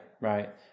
right